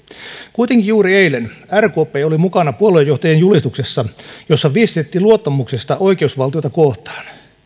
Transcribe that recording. kuitenkin juuri eilen rkp oli mukana puoluejohtajien julistuksessa jossa viestitettiin luottamuksesta oikeusvaltiota kohtaan